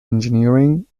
engineering